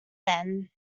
then